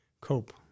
cope